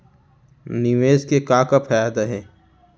निवेश के का का फयादा हे?